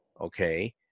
okay